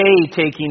taking